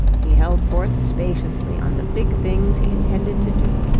he held forth spaciously on the big things he intended to do.